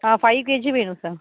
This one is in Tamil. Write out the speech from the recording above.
ஆ ஃபை கேஜி வேணும் சார்